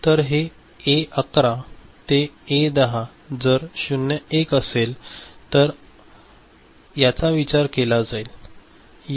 तर हे A11 ते A10 जर हे 01 असेल तर असेल तर याचा विचार केला जाईल